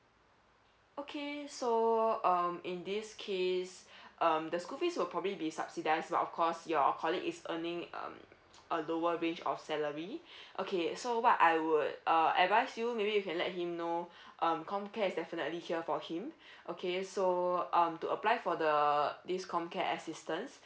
okay so um in this case um the school fees will probably be subsidize but of course your colleague is earning um a lower range of salary okay so what I would uh advise you maybe you can let him know um com care is definitely here for him okay so um to apply for the uh this com care assistance